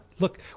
Look